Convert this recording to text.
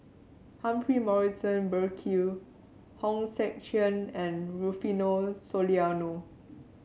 Humphrey Morrison Burkill Hong Sek Chern and Rufino Soliano